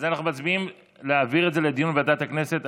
אז אנחנו מצביעים להעביר את זה לדיון בוועדת הכנסת,